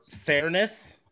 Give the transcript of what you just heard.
fairness